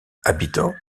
habitants